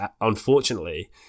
unfortunately